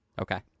okay